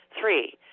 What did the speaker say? Three